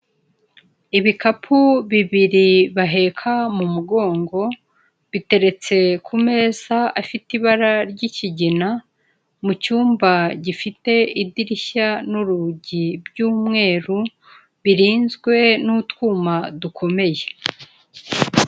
Ibikapu bibiri baheka mu mugongo, biteretse ku meza afite ibara ry'ikigina, mu cyumba gifite idirishya n'urugi by'umweru, birinzwe n'utwuma dukomeye.